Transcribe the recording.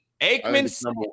Aikman